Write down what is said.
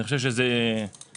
אני חושב שזה מתאים